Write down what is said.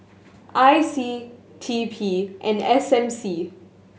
I C T P and S M C